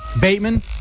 Bateman